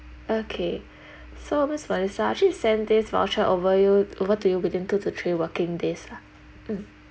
okay so miss melissa actually send this voucher over you over to you within two to three working days lah mm